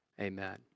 Amen